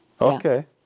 Okay